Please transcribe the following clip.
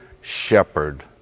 shepherd